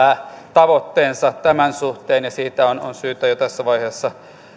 tavoitteensa tämän suhteen ja on on syytä jo tässä vaiheessa